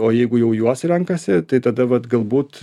o jeigu jau juos renkasi tai tada vat galbūt